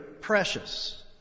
precious